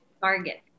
target